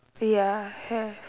ya have